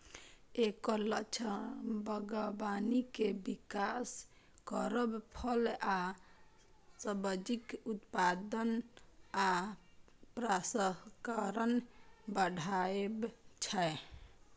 एकर लक्ष्य बागबानी के विकास करब, फल आ सब्जीक उत्पादन आ प्रसंस्करण बढ़ायब छै